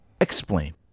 Explain